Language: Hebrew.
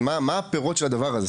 מה הפירות של הדבר הזה.